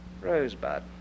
rosebud